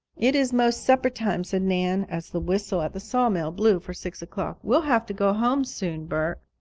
it is most supper time, said nan, as the whistle at the saw-mill blew for six o'clock. we'll have to go home soon, bert.